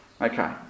Okay